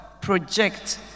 project